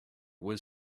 was